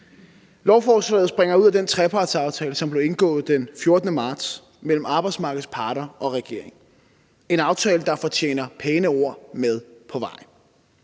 Lovforslaget udspringer af den trepartsaftale, som blev indgået den 14. marts mellem arbejdsmarkedets parter og regeringen – en aftale, der fortjener pæne ord med på vejen.